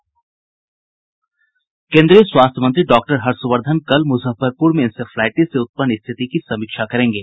केन्द्रीय स्वास्थ्य मंत्री डॉक्टर हर्षवर्द्वन कल मुजफ्फरपुर में इंसेफ्लाईटिस से उत्पन्न स्थिति की समीक्षा करेंगे